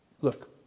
Look